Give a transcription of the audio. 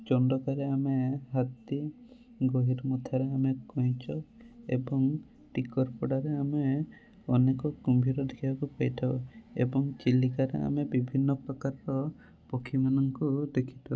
ଚନ୍ଦକାରେ ଆମେ ହାତୀ ଗହୀରମଥାରେ ଆମେ କଇଁଛ ଏବଂ ଟିକରପଡ଼ାରେ ଆମେ ଅନେକ କୁମ୍ବୀର ଦେଖିବାକୁ ପାଇଥାଉ ଏବଂ ଚିଲିକାରେ ଆମେ ବିଭିନ୍ନ ପ୍ରକାର ପକ୍ଷୀମାନଙ୍କୁ ଦେଖିଥାଉ